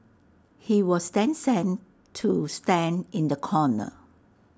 he was then sent to stand in the corner